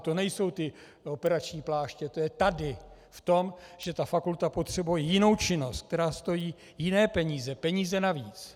To nejsou ty operační pláště, to je tady v tom, že ta fakulta potřebuje jinou činnost, která stojí jiné peníze, peníze navíc.